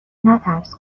نترس